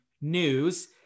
news